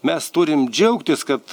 mes turim džiaugtis kad